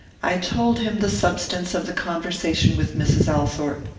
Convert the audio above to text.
i told him the substance of the conversation with mrs. althorpe.